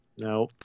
No